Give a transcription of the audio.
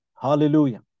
Hallelujah